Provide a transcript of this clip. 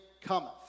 cometh